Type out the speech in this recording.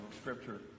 scripture